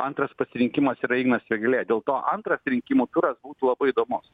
antras pasirinkimas yra ignas vėgėlė dėl to antras rinkimų turas būtų labai įdomus